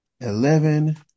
eleven